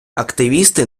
активісти